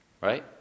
right